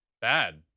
bad